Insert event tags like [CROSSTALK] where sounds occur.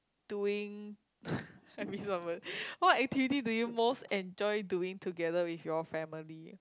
doing [BREATH] what activities do you most enjoy doing together with your family